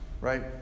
right